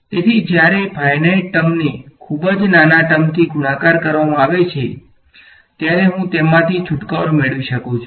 તેથી જ્યારે finite term ને ખુબ જ નાના ટર્મ થી ગુણાકાર કરવામા આવે ત્યારે હું તેમાંથી છૂટકારો મેળવી શકું છું